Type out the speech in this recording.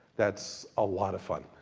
that's a lot of fun.